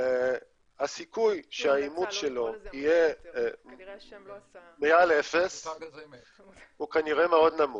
הסיכוי שהאימוץ שלו יהיה מעל אפס הוא כנראה מאוד נמוך.